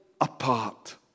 apart